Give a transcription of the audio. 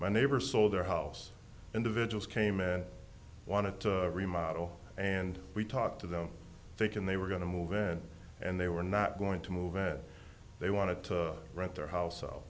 my neighbor saw their house individuals came and wanted to remodel and we talked to them thinking they were going to move in and they were not going to move it they wanted to rent their house so